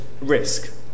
risk